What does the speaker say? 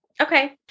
Okay